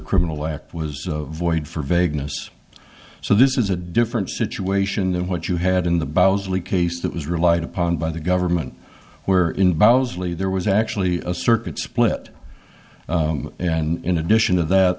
criminal act was void for vagueness so this is a different situation than what you had in the bows li case that was relied upon by the government where in bows lee there was actually a circuit split and in addition to that